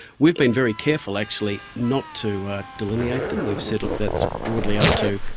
we've been very careful actually not to delineate them. we've said, look, that's broadly up to,